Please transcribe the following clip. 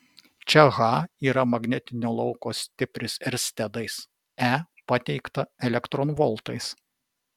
čia h yra magnetinio lauko stipris erstedais e pateikta elektronvoltais